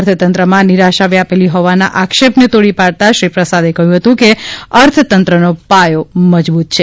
અર્થતંત્રમાં નિરાશા વ્યાપેલી હોવાના આક્ષેપને તોડી પાડતા શ્રી પ્રસાદે કહ્યું હતું કે અર્થતંત્રનો પાયો મજબૂત છે